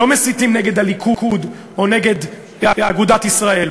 לא מסיתים נגד הליכוד או נגד אגודת ישראל,